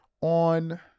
on